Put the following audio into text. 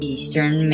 Eastern